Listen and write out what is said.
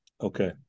okay